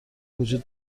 وجود